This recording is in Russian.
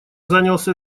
занялся